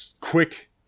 quick